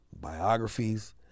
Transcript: biographies